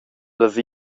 las